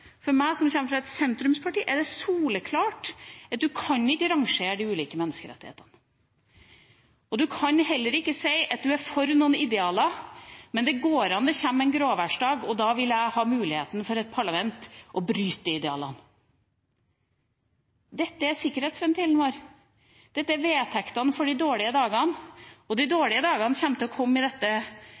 for meg som kommer fra et sentrumsparti, er det soleklart at man ikke kan rangere de ulike menneskerettighetene. Man kan heller ikke si at man er for noen idealer, men ikke når det kommer en gråværsdag. Da vil jeg at et parlament skal ha muligheten til å bryte de idealene. Dette er sikkerhetsventilen vår. Dette er vedtektene for de dårlige dagene. De dårlige dagene kommer til å komme i dette